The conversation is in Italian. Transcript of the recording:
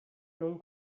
non